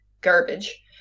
garbage